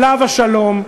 עליו השלום,